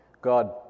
God